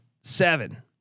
seven